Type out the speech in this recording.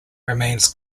remains